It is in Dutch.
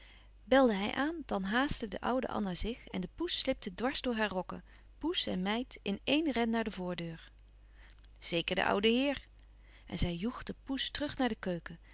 belde hij aan dan haastte de oude anna zich en de poes slipte dwars door haar rokken poes en meid in éen ren naar de voordeur zeker de oude heer en zij joeg de poes terug naar de keuken